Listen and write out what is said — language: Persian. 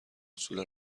اصول